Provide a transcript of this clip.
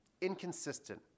inconsistent